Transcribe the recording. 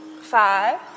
Five